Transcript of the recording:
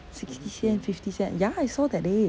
sixty cent fifty cent ya I saw that day